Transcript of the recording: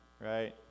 right